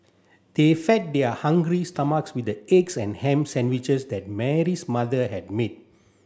they fed their hungry stomachs with the eggs and ham sandwiches that Mary's mother had made